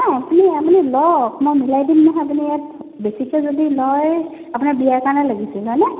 অঁ আপুনি আপুনি লওক মই মিলাই দিম নহয় আপুনি ইয়াত বেছিকে যদি লয় আপোনাৰ বিয়াৰ কাৰণে লাগিছিল হয়নে